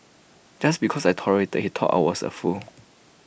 just because I tolerated he thought I was A fool